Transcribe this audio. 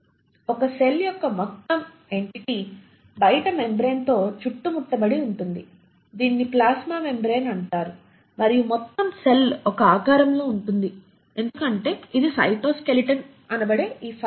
ఒక సెల్ యొక్క మొత్తం ఎన్టీటీ బయటి మెంబ్రేన్తో చుట్టుముట్టబడి ఉంటుంది దీనిని ప్లాస్మా మెంబ్రేన్ అంటారు మరియు మొత్తం సెల్ ఒక ఆకారంలో ఉంటుంది ఎందుకంటే ఇది సైటోస్కెలిటన్ అనబడే ఈ ఫైబర్లను కలిగి ఉంటుంది